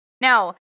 Now